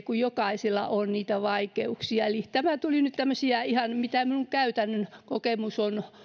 kun jokaisella on niitä vaikeuksia tässä tuli nyt ihan tämmöisiä mitä minun käytännön kokemukseni on